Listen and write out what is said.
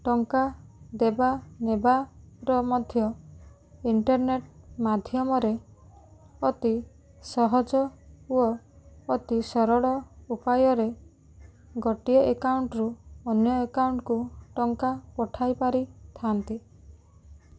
ଟଙ୍କା ଦେବା ନେବାର ମଧ୍ୟ ଇଣ୍ଟରନେଟ୍ ମାଧ୍ୟମରେ ଅତି ସହଜ ଓ ଅତି ସରଳ ଉପାୟରେ ଗୋଟିଏ ଆକାଉଣ୍ଟରୁ ଅନ୍ୟ ଆକାଉଣ୍ଟକୁ ଟଙ୍କା ପଠାଇ ପାରିଥାନ୍ତି